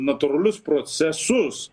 natūralius procesus